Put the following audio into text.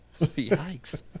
Yikes